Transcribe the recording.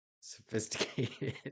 sophisticated